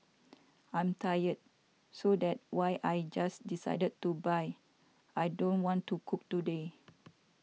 I'm tired so that why I just decided to buy I don't want to cook today